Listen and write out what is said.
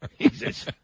Jesus